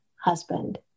husband